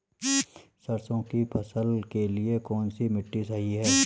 सरसों की फसल के लिए कौनसी मिट्टी सही हैं?